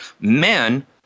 men